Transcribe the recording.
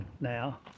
now